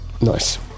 Nice